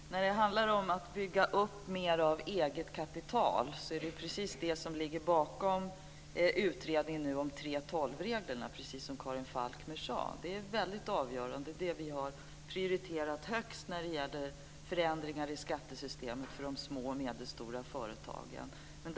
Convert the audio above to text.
Herr talman! När det handlar om att bygga upp mer av eget kapital är det just detta som ligger bakom utredningen om 3:12-reglerna, precis som Karin Falkmer sade. Det är väldigt avgörande, och det är det vi har prioriterat högst när det gäller förändringar i skattesystemet för de små och medelstora företagen.